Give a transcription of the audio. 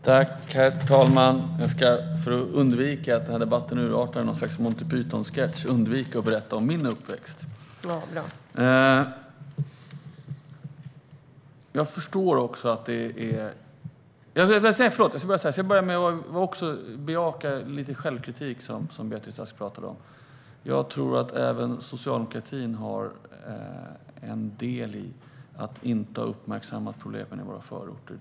Herr talman! Jag ska för att undvika att debatten urartar i någon sorts Monty Python-sketch undvika att berätta om min uppväxt. Jag ska börja med att bejaka lite självkritik, som Beatrice Ask talade om. Jag tror att även socialdemokratin har en del i att inte tillräckligt ha uppmärksammat problemen i våra förorter.